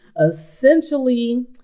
Essentially